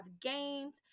games